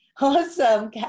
Awesome